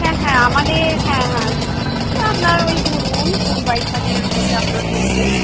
হ্যাঁ হ্যাঁ আমাদের হ্যাঁ হ্যাঁ তো আপনার ওই ধরুন কুড়ি বাইশ হাজারের মধ্যে আপনার পড়বে